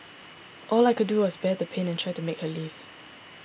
all I like do was bear the pain and try to make her leave